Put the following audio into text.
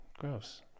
gross